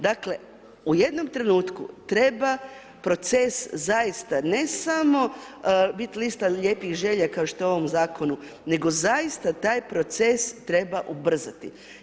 Dakle u jednom trenutku treba proces zaista ne samo bit lista lijepih želja kao što je u ovom zakonu nego zaista taj proces treba ubrzati.